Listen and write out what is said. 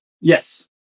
Yes